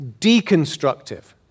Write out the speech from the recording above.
deconstructive